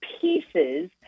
pieces